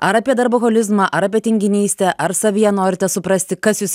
ar apie darboholizmą ar apie tinginystę ar savyje norite suprasti kas jūs